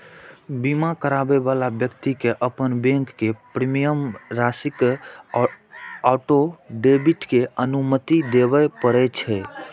बीमा कराबै बला व्यक्ति कें अपन बैंक कें प्रीमियम राशिक ऑटो डेबिट के अनुमति देबय पड़ै छै